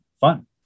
fun